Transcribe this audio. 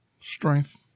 Strength